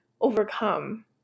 overcome